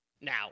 Now